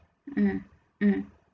mm mm